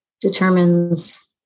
determines